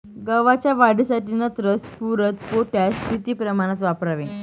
गव्हाच्या वाढीसाठी नत्र, स्फुरद, पोटॅश किती प्रमाणात वापरावे?